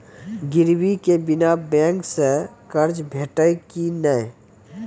गिरवी के बिना बैंक सऽ कर्ज भेटतै की नै?